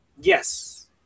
Yes